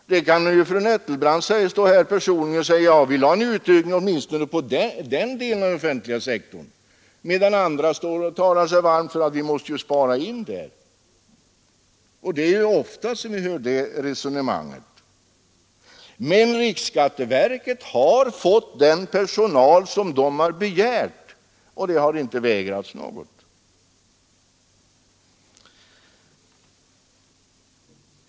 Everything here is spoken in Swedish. Fru Nettelbrandt kan ju stå här och säga att hon personligen vill ha en utökning åtminstone på den delen av den offentliga sektorn, medan andra talar sig varma för att vi måste spara på den offentliga sektorn. Och det är ofta vi hör det resonemanget. Men riksskatteverket har inte vägrats något av den personal man har begärt. Herr talman!